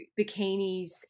bikinis